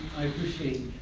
i appreciate